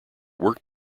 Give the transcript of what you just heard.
work